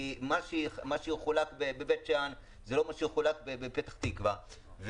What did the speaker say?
כי מה שיחולק בבית שאן זה לא מה שיחולק בפתח תקווה.